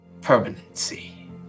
permanency